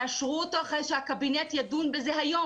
תאשרו אותו אחרי שהקבינט ידון בו היום,